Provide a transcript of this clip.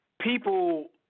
people